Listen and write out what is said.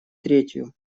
третью